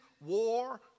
war